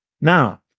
now